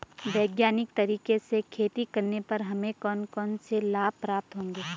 वैज्ञानिक तरीके से खेती करने पर हमें कौन कौन से लाभ प्राप्त होंगे?